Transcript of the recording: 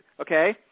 okay